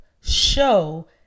show